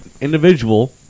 individual